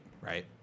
Right